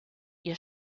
ihr